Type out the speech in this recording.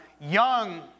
young